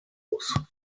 muss